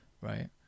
Right